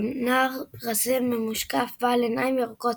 הוא נער רזה ממושקף בעל עיניים ירוקות,